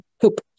poop